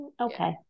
okay